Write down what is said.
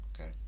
Okay